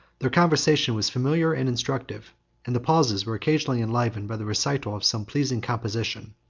their conversation was familiar and instructive and the pauses were occasionally enlivened by the recital of some pleasing composition,